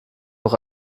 auch